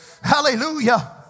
Hallelujah